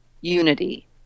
unity